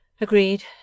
Agreed